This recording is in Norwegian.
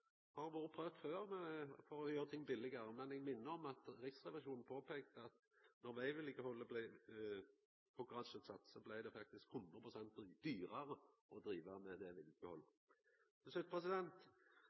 har vore prøvd før for å gjera ting billegare, men eg minner om at Riksrevisjonen påpeikte at då vegvedlikeholdet blei konkurranseutsett, blei det faktisk 100 pst. dyrare å driva med